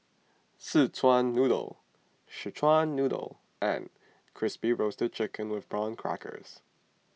Szechuan Noodle Szechuan Noodle and Crispy Roasted Chicken with Prawn Crackers